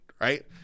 Right